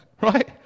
right